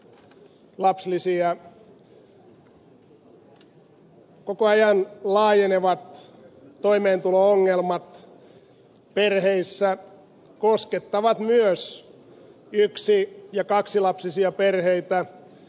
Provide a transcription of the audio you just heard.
koko ajan laajenevat toimeentulo ongelmat perheissä koskettavat myös yksi ja kaksilapsisia perheitä